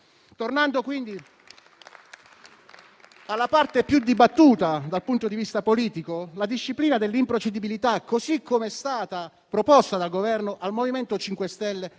Tornando quindi alla parte più dibattuta, dal punto di vista politico, ovvero la disciplina dell'improcedibilità, così come è stata proposta dal Governo, al MoVimento 5 Stelle